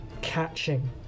catching